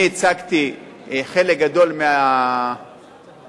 אני הצגתי חלק גדול מההישגים